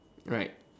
right